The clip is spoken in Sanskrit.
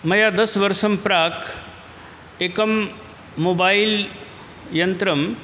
मया दशवर्षात् प्राक् एकं मोबैल् यन्त्रं